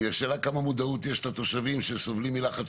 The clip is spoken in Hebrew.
אבל אפשר גם לשאול כמה מודעות יש לתושבים שסובלים מלחץ